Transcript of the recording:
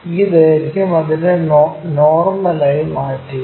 ഈ ദൈർഘ്യം അതിന് നോർമലായി മാറ്റുക